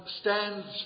stands